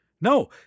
no